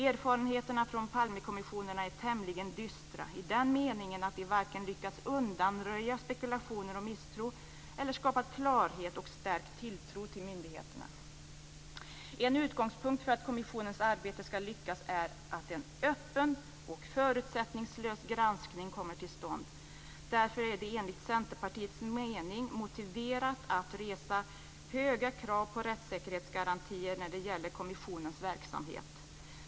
Erfarenheterna från Palmekommissionerna är tämligen dystra i den meningen att de varken lyckats undanröja spekulationer och misstro eller skapat klarhet och stärkt tilltron till myndigheterna. En utgångspunkt för att kommissionens arbete ska lyckas är att en öppen och förutsättningslös granskning kommer till stånd. Därför är det enligt Centerpartiets mening motiverat att resa höga krav på rättssäkerhetsgarantier när det gäller kommissionens verksamhet.